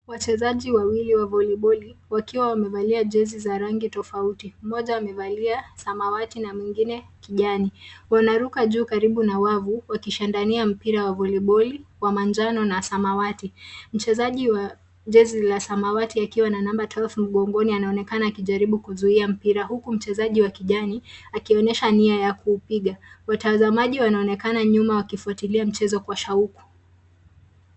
Wachezaji wawili wa voli boli wakiwa wamemalia jezi za rangi tofauti. Mmoja amevalia samawati na mwingine kijani. Wanaruka juu karibu na wavu wakishandania mpira wa voli boli wa manjano na samawati. Mchezaji wa jezi la samawati akiwa na namba twelve mgongoni anaonekana akijaribu kuzuia mpira huku mchezaji wa kijani akionyesha nia ya kuupiga. Watazamaji wanaonekana nyuma wakifuatilia mchezo kuwa shauku.